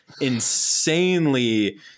insanely